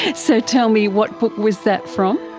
so tell me, what book was that from?